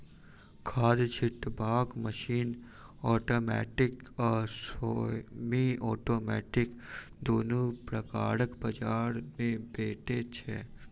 खाद छिटबाक machine automatic आ सेमी औटोमेटिक दुनू प्रकारक बजार मे भेटै छै